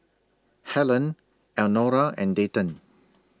Hellen Elnora and Dayton